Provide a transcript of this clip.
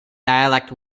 dialect